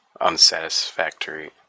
unsatisfactory